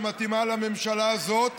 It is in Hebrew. שמתאימה לממשלה הזאת.